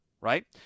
right